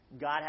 God